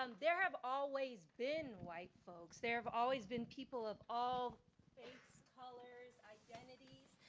um there have always been white folks, there have always been people of all race, color, identities,